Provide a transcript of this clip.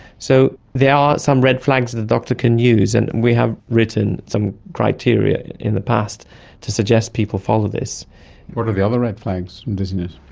so there are some red flags that the doctor can use, and we have written some criteria in the past to suggest people follow this. what are the other red flags in dizziness?